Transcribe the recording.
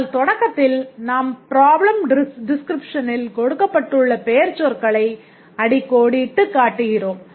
ஆனால் தொடக்கத்தில் நாம் ப்ராப்ளம் டிஸ்க்ரிப்ஷனில் கொடுக்கப்பட்டுள்ள பெயர்ச்சொற்களை அடிக்கோடிட்டு காட்டுகிறோம்